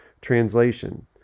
Translation